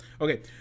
okay